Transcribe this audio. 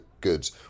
goods